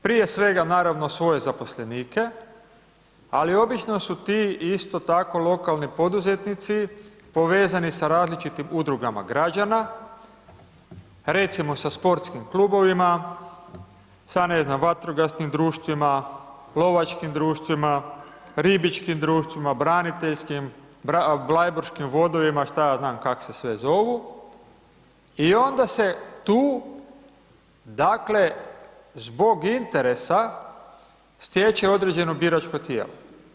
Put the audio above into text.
Prije svega, naravno, svoje zaposlenike, ali obično su ti isto tako, lokalni poduzetnici povezani sa različitim udrugama građana, recimo sa sportskih klubovima, sa, ne znam, vatrogasnim društvima, lovačkih društvima, ribičkim društvima, braniteljskim, blajburškim vodovima, što ja znam kako se sve zovu i onda se tu dakle zbog interesa stječe određeno biračko tijelo.